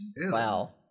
Wow